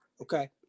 okay